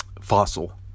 fossil